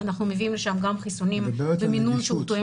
אנחנו מביאים לשם גם חיסונים במינון שהוא תואם